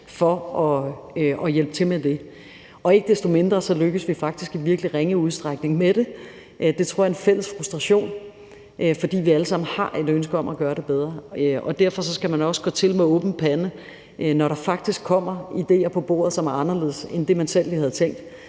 for at hjælpe til med det. Og ikke desto mindre så lykkes vi faktisk i virkelig ringe udstrækning med det. Det tror jeg er en fælles frustration, fordi vi alle sammen har et ønske om at gøre det bedre, og derfor skal man også gå til det med åben pande, når der faktisk kommer idéer på bordet, som er anderledes end det, man selv lige havde tænkt.